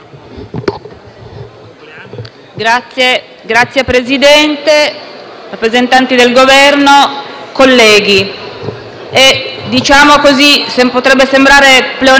Signor Presidente, rappresentanti del Governo, colleghi,